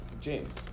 James